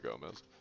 Gomez